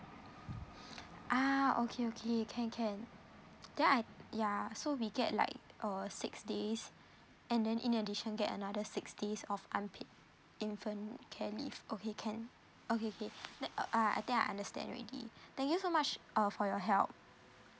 ah okay okay can can yeah I yeah so we get like uh six days and then in addition get another six days of unpaid infant care leave okay can okay okay ah I think I understand already thank you so much uh for your help